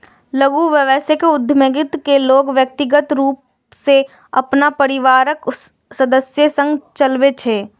लघु व्यवसाय उद्यमिता कें लोग व्यक्तिगत रूप सं अपन परिवारक सदस्य संग चलबै छै